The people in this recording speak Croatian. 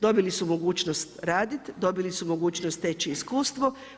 Dobili su mogućnost raditi, dobili su mogućnost steći iskustvo.